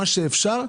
כמה שאפשר,